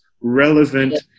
relevant